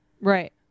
Right